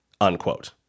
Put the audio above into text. unquote